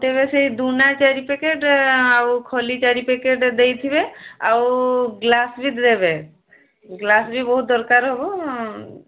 ତେବେ ସେଇ ଦୂନା ଚାରି ପ୍ୟାକେଟ୍ ଆଉ ଖଲି ଚାରି ପ୍ୟାକେଟ୍ ଦେଇଥିବେ ଆଉ ଗ୍ଳାସ୍ ବି ଦେବେ ଗ୍ଳାସ୍ବି ବହୁତ ଦରକାର ହେବ